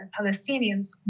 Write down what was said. Palestinians